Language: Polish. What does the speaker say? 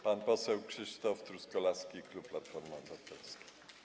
Pan poseł Krzysztof Truskolaski, klub Platformy Obywatelskiej.